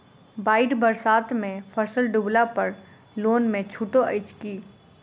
बाढ़ि बरसातमे फसल डुबला पर लोनमे छुटो अछि की